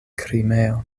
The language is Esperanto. krimeo